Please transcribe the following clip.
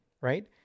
right